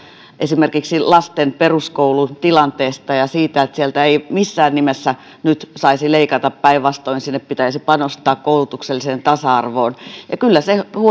esimerkiksi lasten peruskoulun tilanteesta ja siitä että sieltä ei missään nimessä nyt saisi leikata päinvastoin sinne pitäisi panostaa koulutukselliseen tasa arvoon ja kyllä se